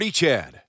Chad